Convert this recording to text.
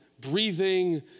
Breathing